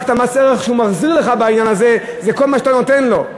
רק מס ערך מוסף שהוא מחזיר לך בעניין הזה זה כל מה שאתה נותן לו.